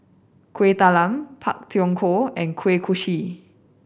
Kueh Talam Pak Thong Ko and Kuih Kochi